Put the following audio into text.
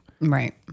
Right